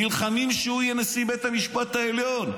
נלחמים שהוא יהיה נשיא בית המשפט העליון.